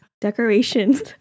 decorations